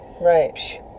Right